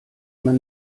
man